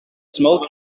small